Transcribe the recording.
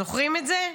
זוכרים את זה?